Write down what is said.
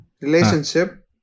relationship